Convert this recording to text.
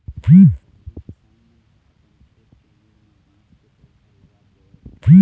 पहिली किसान मन ह अपन खेत के मेड़ म बांस के पउधा लगा देवय